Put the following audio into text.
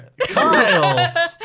Kyle